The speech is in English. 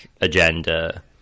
agenda